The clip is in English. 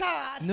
God